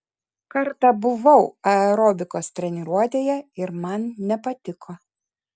kartą buvau aerobikos treniruotėje ir man nepatiko